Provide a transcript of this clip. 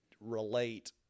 relate